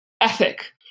ethic